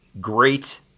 great